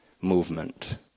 movement